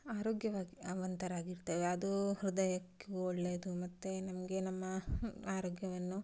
ಆರೋಗ್ಯವಾಗಿ ವಂತರಾಗಿರ್ತೆವೆ ಅದು ಹೃದಯಕ್ಕೂ ಒಳ್ಳೆಯದು ಮತ್ತು ನಮಗೆ ನಮ್ಮ ಆರೋಗ್ಯವನ್ನು